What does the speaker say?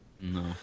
No